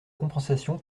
compensation